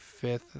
fifth